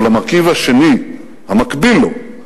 אבל המרכיב השני, המקביל לו,